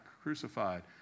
crucified